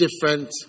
different